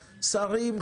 שרים,